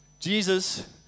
Jesus